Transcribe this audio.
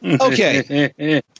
Okay